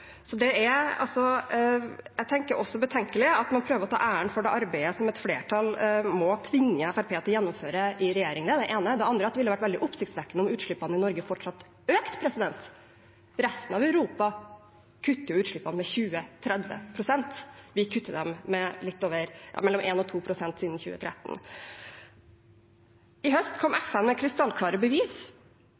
Jeg tenker også at det er betenkelig at man prøver å ta æren for det arbeidet som et flertall må tvinge Fremskrittspartiet til å gjennomføre i regjering. Det er det ene. Det andre er at det ville vært veldig oppsiktsvekkende om utslippene i Norge fortsatt økte. Resten av Europa kutter utslippene med 20–30 pst. Vi har kuttet dem med mellom 1 og 2 pst. siden 2013. I høst kom FN med krystallklare bevis.